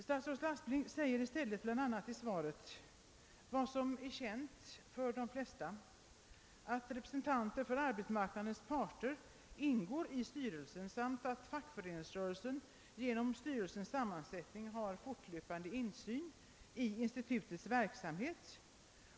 Statsrådet Aspling framhåller i stället bl.a. i svaret — vilket är känt för de flesta — att representanter för arbetsmarknadens parter ingår i styrelsen och att fackföreningsrörelsen genom styrelsens sammansättning har fortlöpande insyn i institutets verksamhet.